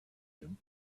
him